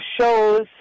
shows